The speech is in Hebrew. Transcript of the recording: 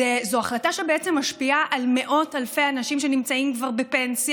זו החלטה שבעצם משפיעה על מאות אלפי אנשים שכבר נמצאים בפנסיה,